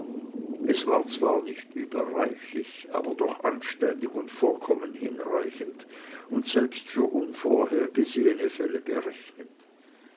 es war zwar nicht überreichlich aber doch anständig und vollkommen hinreichend und selbst für unvorhergesehene fälle berechnet